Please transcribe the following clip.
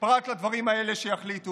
החוק קובע שבמשכן הזה אתה לא צריך להיות.